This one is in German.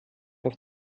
auf